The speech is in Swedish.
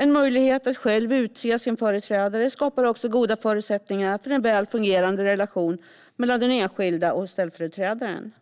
En möjlighet att själv utse sin företrädare skapar också goda förutsättningar för en väl fungerande relation mellan den enskilda och ställföreträdaren.